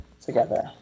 together